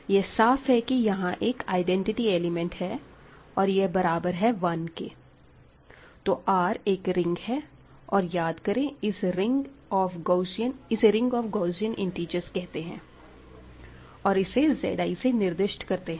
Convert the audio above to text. यह साफ है कि यहां एक आईडेंटिटी एलिमेंट है और यह बराबर है 1 के तो R एक रिंग है और याद करें इसे रिंग ऑफ गॉसियन इंतिज़र्स कहते हैं और इसे Zi से निर्दिष्ट करते हैं